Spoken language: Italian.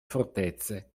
fortezze